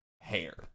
hair